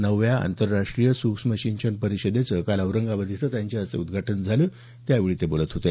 नवव्या आंतरराष्ट्रीय सूक्ष्म सिंचन परिषदेचं काल औरंगाबाद इथं त्यांच्या हस्ते उद्घाटन झालं त्यावेळी ते बोलत होते